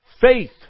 faith